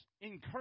encourage